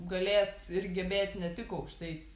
galėt ir gebėt ne tik aukštaitis